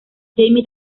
jaime